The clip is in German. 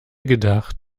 gedacht